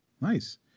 nice